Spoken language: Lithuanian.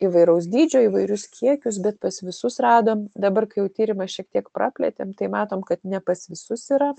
įvairaus dydžio įvairius kiekius bet pas visus radom dabar kai jau tyrimą šiek tiek praplėtėm tai matom kad ne pas visus yra